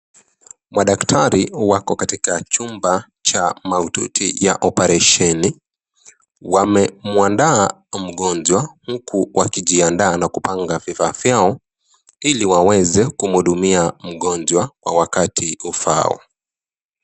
Madaktari wako katika chumba cha mahututi ya operesheni, wamemuandaa mgonjwa huku wakijiandaa na kupanga vifaa vyao ili waweze kumhudumia mgonjwa kwa wakati ufaao.